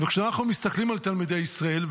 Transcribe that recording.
כשאנחנו מסתכלים על תלמידי ישראל,